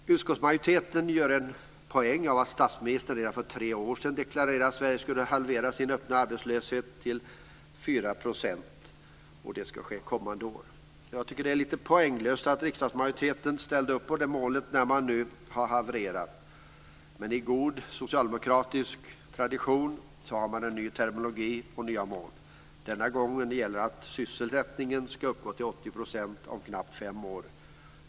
Utskottsmajoriteten gör en poäng av att statsministern redan för tre år sedan deklarerade att Sverige skulle halvera sin öppna arbetslöshet till 4 %, och det ska ske kommande år. Jag tycker att det är lite poänglöst att riksdagsmajoriteten ställde upp på det målet när det nu har havererat. Men i god socialdemokratisk tradition har man en ny terminologi och nya mål. Denna gång gäller det att sysselsättningen ska uppgå till 80 % om knappt fem år.